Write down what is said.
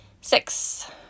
six